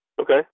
Okay